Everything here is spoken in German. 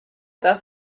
dass